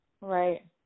right